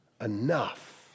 enough